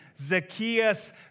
Zacchaeus